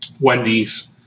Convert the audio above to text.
wendy's